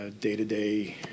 day-to-day